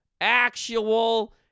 Actual